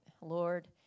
Lord